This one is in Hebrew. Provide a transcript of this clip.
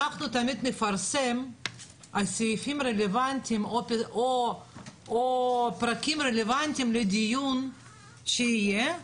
אנחנו תמיד נפרסם על סעיפים רלוונטיים או פרקים רלוונטיים לדיון שיהיה.